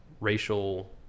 racial